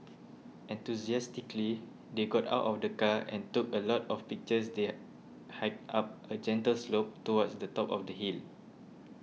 enthusiastically they got out of the car and took a lot of pictures they hiked up a gentle slope towards the top of the hill